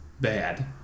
bad